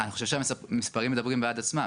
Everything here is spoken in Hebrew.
אני חושב שהמספרים מדברים בעד עצמם,